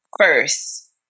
First